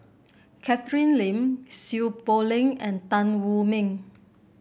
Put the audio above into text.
Catherine Lim Seow Poh Leng and Tan Wu Meng